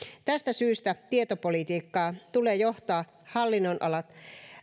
tästä syystä tietopolitiikkaa tulee johtaa hallinnonalat